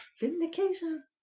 vindication